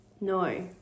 No